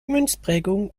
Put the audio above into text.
münzprägung